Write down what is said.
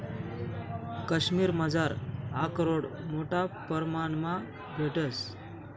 काश्मिरमझार आकरोड मोठा परमाणमा भेटंस